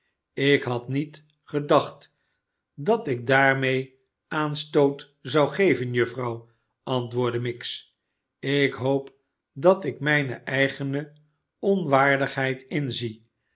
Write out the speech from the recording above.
ilk had niet gedacht dat ik daarmee aanstoot zou geven juffrouw antwoordde miggs ik hoop dat ik mijne eigene onwaardigheid inzie